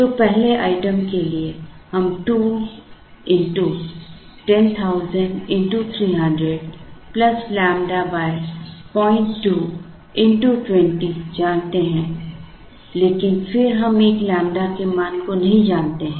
तो पहले आइटम के लिए हम 2 x 10000 x 300 ƛ 02 x 20 जानते हैं लेकिन फिर हम ƛ के मान को नहीं जानते हैं